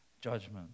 judgment